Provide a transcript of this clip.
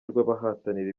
rw’abahatanira